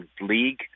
league